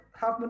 half